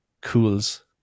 Cool's